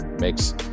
makes